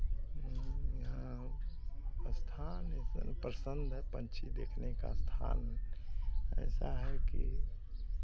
हाँ स्थान है सर पसंद है पंछी देखने का स्थान ऐसा है कि